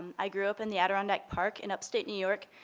i grew up in the adirondack park in upstate new york,